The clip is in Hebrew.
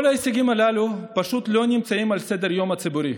כל ההישגים הללו פשוט לא נמצאים על סדר-היום הציבורי.